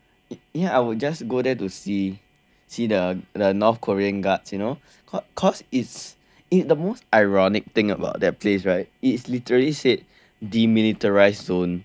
so ya I will just go there to see see the the North Korean guards you know cause is it the most ironic thing about that place right it literally said demilitarised zone but is